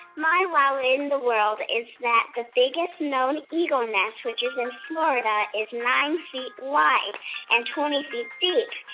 my wow in in the world is that the biggest known eagle nest, which is in florida, is nine feet wide and twenty feet deep.